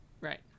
Right